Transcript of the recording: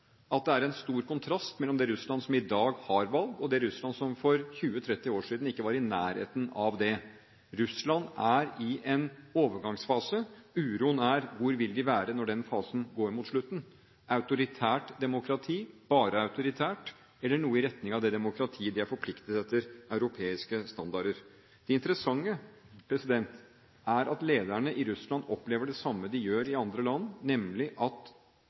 at det er en stor kontrast mellom det Russland som i dag har valg, og det Russland som for 20–30 år siden ikke var i nærheten av det. Russland er i en overgangsfase. Uroen er: Hvor vil de være når den fasen går mot slutten – autoritært demokrati, bare autoritært eller noe i retning av det demokratiet de er forpliktet til etter europeiske standarder? Det interessante er at lederne i Russland opplever det samme som man gjør i andre land, nemlig at